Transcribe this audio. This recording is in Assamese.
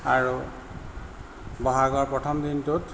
আৰু বহাগৰ প্ৰথম দিনটোত